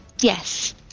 Yes